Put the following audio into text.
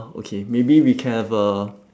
okay maybe we can have a